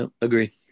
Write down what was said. Agree